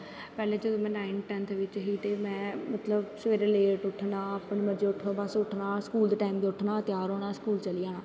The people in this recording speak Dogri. पैह्लैं में नाईनथ टैंनथ बिच्च ही ते में सवेरे लेट उट्ठना लेट उट्ठना स्कूल दे टाईम दे उट्ठना तैयार होना चली जाना